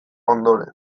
ondoren